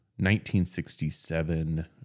1967